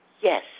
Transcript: Yes